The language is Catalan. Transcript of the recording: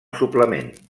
suplement